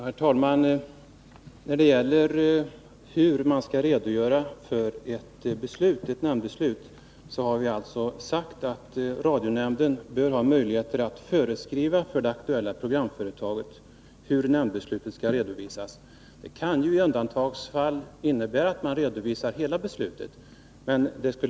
Herr talman! När det gäller hur man skall redogöra för ett nämndbeslut har vi sagt att radionämnden bör ha möjligheter att föreskriva för det aktuella programföretaget hur nämndbeslut skall redovisas. I undantagsfall kan det innebära att hela beslut redovisas.